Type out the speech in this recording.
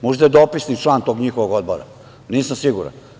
Možda je dopisni član tog njihovog odbora, nisam siguran.